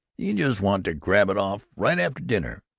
you just want to grab it off, right after dinner,